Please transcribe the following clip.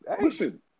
Listen